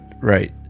Right